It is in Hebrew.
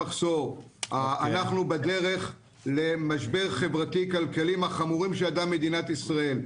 אנחנו בדרך למשבר חברתי כלכלי מהחמורים שידעה מדינת ישראל.